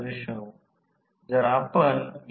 आणि येथे व्हॅटमेटर वाचन केवळ लोह किंवा कोर नुकसान देते